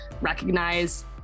recognize